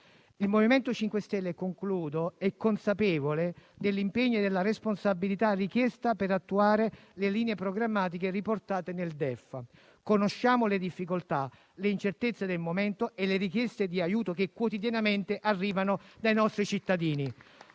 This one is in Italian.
il MoVimento 5 Stelle è consapevole dell'impegno e della responsabilità richiesti per attuare le linee programmatiche riportate nel DEF. Conosciamo le difficoltà, le incertezze del momento e le richieste di aiuto che quotidianamente arrivano dai nostri cittadini,